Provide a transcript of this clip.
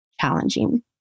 challenging